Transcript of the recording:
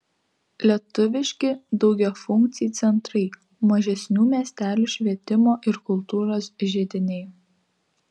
lietuviški daugiafunkciai centrai mažesnių miestelių švietimo ir kultūros židiniai